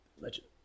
Legend